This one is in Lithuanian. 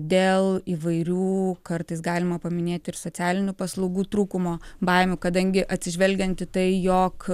dėl įvairių kartais galima paminėti ir socialinių paslaugų trūkumo baimių kadangi atsižvelgiant į tai jog